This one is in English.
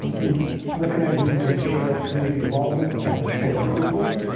we recognize the need to ensure community involvement and and approval.